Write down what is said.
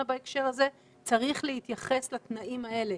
בהקשר הזה צריך להתייחס לתנאים האלה,